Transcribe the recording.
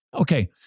Okay